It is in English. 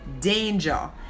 danger